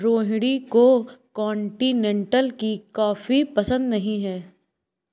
रोहिणी को कॉन्टिनेन्टल की कॉफी पसंद नहीं है